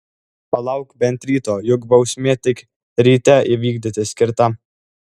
palauk bent ryto juk bausmę tik ryte įvykdyti skirta